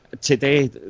today